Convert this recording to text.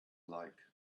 like